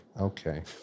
Okay